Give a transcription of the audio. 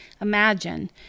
imagine